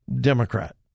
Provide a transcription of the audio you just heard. Democrat